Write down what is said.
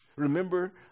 Remember